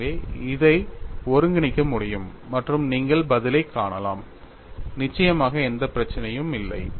எனவே இதை ஒருங்கிணைக்க முடியும் மற்றும் நீங்கள் பதிலைக் காணலாம் நிச்சயமாக எந்த பிரச்சனையும் இல்லை